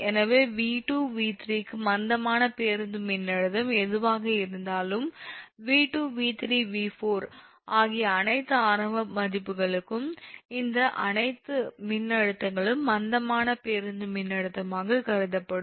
எனவே 𝑉2 𝑉3 க்கு மந்தமான பேருந்து மின்னழுத்தம் எதுவாக இருந்தாலும் 𝑉2 𝑉3 𝑉4 ஆகிய அனைத்து ஆரம்ப மதிப்புகளுக்கும் இந்த அனைத்து மின்னழுத்தங்களும் மந்தமான பேருந்து மின்னழுத்தமாக கருதப்படும்